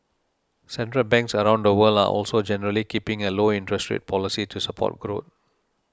central banks around the world are also generally keeping a low interest rate policy to support growth